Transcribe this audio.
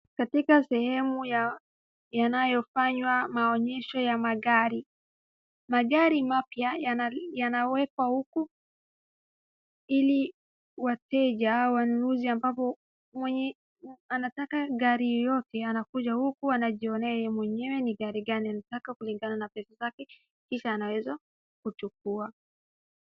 Katika sehemu ya yanayofanywa maonyesho ya magari. Magari mapya yana, yanawekwa huku ili wateja, wanunuzi ambapo, mwenye anataka gari yoyote anakuja huku anajionea yeye mwenyewe ni gari gani anataka kulingana na pesa zake, kisha anaweza kuchukua.